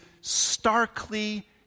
starkly